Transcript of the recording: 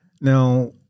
Now